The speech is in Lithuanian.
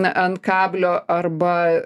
na ant kablio arba